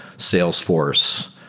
salesforce,